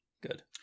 Good